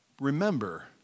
remember